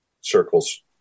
circles